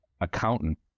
accountant